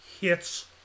hits